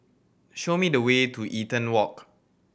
show me the way to Eaton Walk